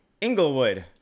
Inglewood